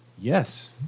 Yes